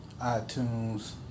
iTunes